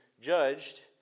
judged